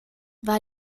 war